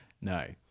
No